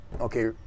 okay